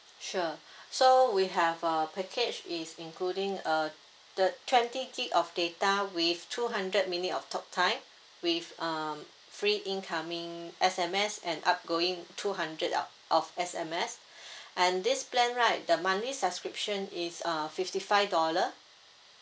sure so we have a package is including uh the twenty gig of data with two hundred minute of talktime with um free incoming S_M_S and outgoing two hundred up of S_M_S and this plan right the monthly subscription is uh fifty five dollar